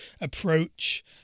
approach